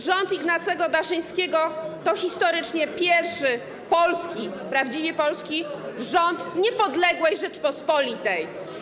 Rząd Ignacego Daszyńskiego to historycznie pierwszy polski, prawdziwie polski rząd niepodległej Rzeczypospolitej.